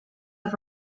off